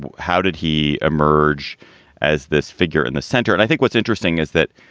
how did he emerge as this figure in the center? and i think what's interesting is that